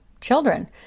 children